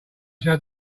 should